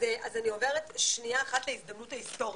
אז אני עוברת שנייה אחת להזדמנות ההיסטורית.